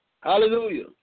Hallelujah